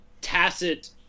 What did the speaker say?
tacit